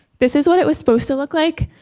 this is what it was supposed to look like,